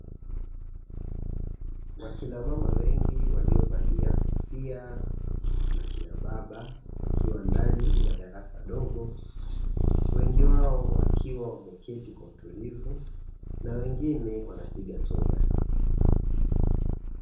Wakina mama wengi waliovalia kofia na akina baba wakiwa ndani ya darasa dogo, wengi wao wakiwa wameketi kwa utulivu na wengine wanapiga soga.